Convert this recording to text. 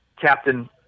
captain